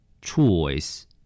Choice